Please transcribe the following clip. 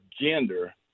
gender